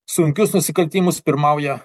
sunkius nusikaltimus pirmauja